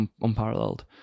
unparalleled